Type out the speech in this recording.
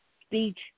speech